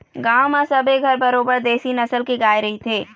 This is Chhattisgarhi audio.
गांव म सबे घर बरोबर देशी नसल के गाय रहिथे